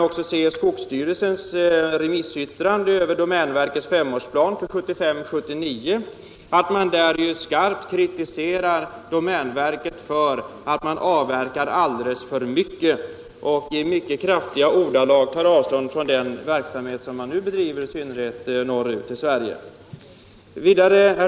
I skogsstyrelsens yttrande över domänverkets femårsplan för 1975-1979 kritiseras domänverket skarpt för att det avverkar alldeles för mycket. I kraftiga ordalag tar skogsstyrelsen avstånd från den verksamhet som bedrivs i synnerhet norrut i Sverige.